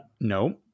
No